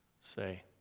say